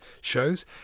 shows